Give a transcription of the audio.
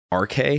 RK